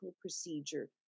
procedure